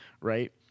right